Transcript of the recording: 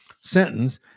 sentence